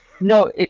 No